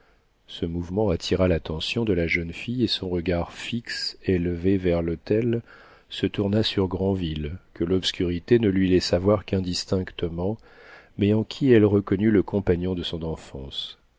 ce mouvement attira l'attention de la jeune fille et son regard fixe élevé vers l'autel se tourna sur granville que l'obscurité ne lui laissa voir qu'indistinctement mais en qui elle reconnut le compagnon de son enfance